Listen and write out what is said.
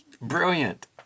Brilliant